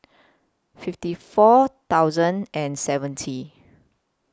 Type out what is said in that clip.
fifty four thousand and seventy